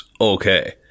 okay